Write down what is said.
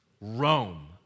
Rome